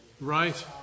Right